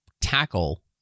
tackle